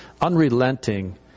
unrelenting